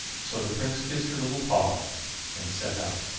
so the prince kissed her little paw and set out.